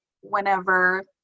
whenever